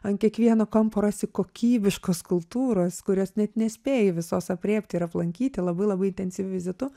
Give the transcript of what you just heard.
ant kiekvieno kampo rasi kokybiškos kultūros kurios net nespėji visos aprėpti ir aplankyti labai labai intensyviu vizitu